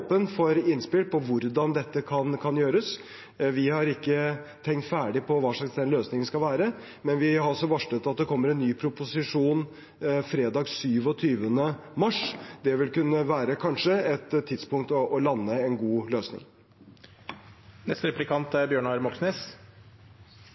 for innspill på hvordan dette kan gjøres. Vi har ikke tenkt ferdig på hvordan den løsningen skal være, men vi har varslet at det kommer en ny proposisjon fredag 27. mars. Det vil kanskje kunne være et tidspunkt å lande en god løsning